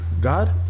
God